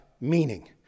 meaning